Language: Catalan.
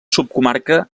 subcomarca